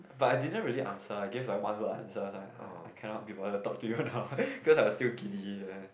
but I didn't really answer I gave like one words answer like !huh! I cannot be bother talk to you now cause I was still giddy uh